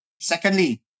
Secondly